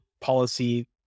policy